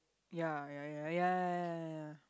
ya ya ya ya ya ya ya